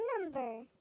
number